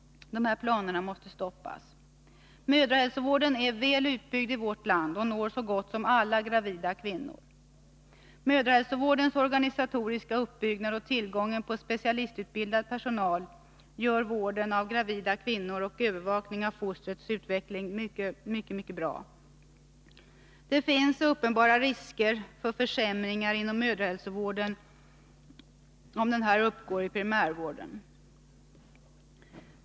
Dessa planer måste stoppas. Mödrahälsovården är väl utbyggd i vårt land och når så gott som alla gravida kvinnor. Mödrahälsovårdens organisatoriska uppbyggnad och tillgången på specialistutbildad personal gör vården av gravida kvinnor och övervakningen av fostrets utveckling mycket bra. Det finns uppenbara risker för försämringar inom mödrahälsovården, om denna uppgår i primärvården.